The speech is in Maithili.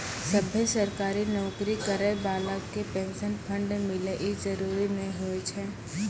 सभ्भे सरकारी नौकरी करै बाला के पेंशन फंड मिले इ जरुरी नै होय छै